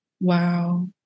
Wow